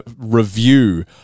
review